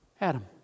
Adam